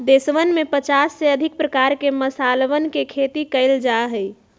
देशवन में पचास से अधिक प्रकार के मसालवन के खेती कइल जा हई